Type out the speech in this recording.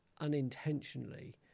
unintentionally